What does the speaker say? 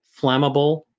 flammable